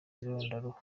irondaruhu